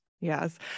Yes